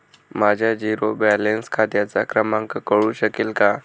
माझ्या zero balance खात्याचा क्रमांक कळू शकेल का?